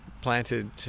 planted